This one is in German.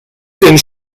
den